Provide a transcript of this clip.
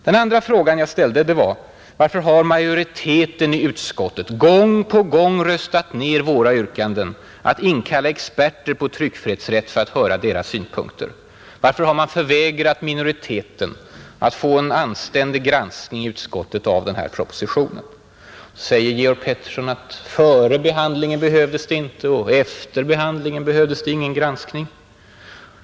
Den andra frågan jag ställde var: Varför har majoriteten i utskottet gång på gång röstat ned våra yrkanden om att inkalla experter på tryckfrihetsrätt för att höra deras synpunkter? Varför har man förvägrat minoriteten att få en anständig granskning i utskottet av den här propositionen? Då säger Georg Pettersson att före behandlingen behövdes det inte och efter behandlingen behövdes ingen granskning.